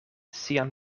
sian